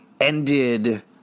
ended